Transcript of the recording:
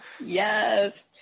Yes